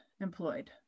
employed